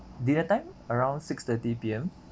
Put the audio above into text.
dinner time around six thirty P_M